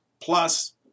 plus